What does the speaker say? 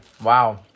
Wow